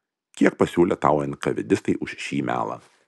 kiek pasiūlė tau enkavėdistai už šį melą